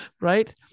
right